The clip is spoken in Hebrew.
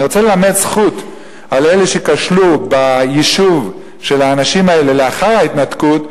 אני רוצה ללמד זכות על אלה שכשלו ביישוב של האנשים האלה לאחר ההתנתקות,